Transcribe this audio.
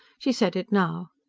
she said it now.